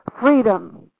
freedom